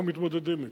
אנחנו מתמודדים אתו.